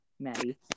Maddie